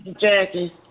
Jackie